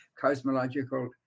cosmological